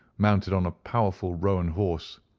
mounted on a powerful roan horse,